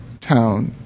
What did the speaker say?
town